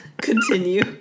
Continue